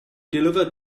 deliver